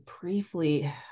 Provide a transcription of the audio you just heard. briefly